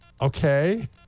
Okay